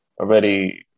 already